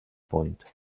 point